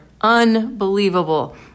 Unbelievable